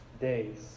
days